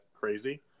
crazy